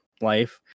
life